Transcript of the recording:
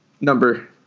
Number